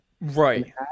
right